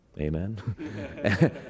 amen